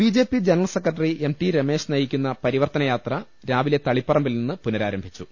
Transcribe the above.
B J P general secretary M T Ramesh നയിക്കുന്ന പരിവർത്തനയാത്ര രാവിലെ തളിപ്പറമ്പിൽ നിന്ന് പുനഃരാ രംഭിച്ചു